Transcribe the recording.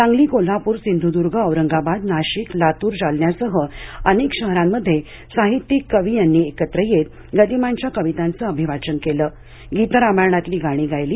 सांगली कोल्हाप्र सिंधुद्ग औरंगाबाद नाशिक लातूर जालन्यासह अनेक शहरांमध्ये साहित्यिक कवी यांनी एकत्र येत गदिमांच्या कवितांच अभिवाचन केलं गीतरामायणातली गाणी गायली